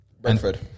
Brentford